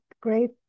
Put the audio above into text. great